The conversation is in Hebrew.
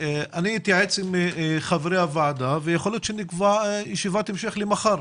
אתייעץ עם חברי הוועדה ויכול להיות שנקבע ישיבת המשך למחר,